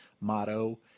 motto